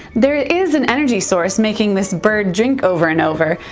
there is an energy source making this bird drink over and over,